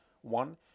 one